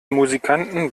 musikanten